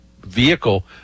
vehicle